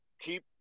keep